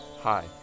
Hi